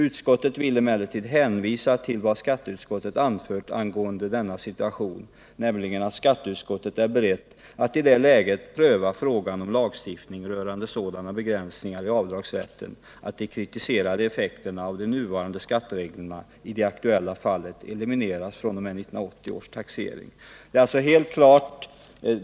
Utskottet vill emellertid hänvisa till vad skatteutskottet anfört angående denna situation, nämligen att skatteutskottet är berett att i det läget pröva frågan om lagstiftning rörande sådana begränsningar i avdragsrätten att de kritiserade effekterna av nuvarande skatteregler i det Det är alltså helt klart.